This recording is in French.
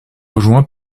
rejoint